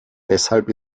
deshalb